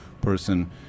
person